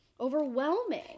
overwhelming